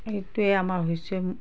সেইটোৱেই আমাৰ হৈছে